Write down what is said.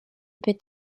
peut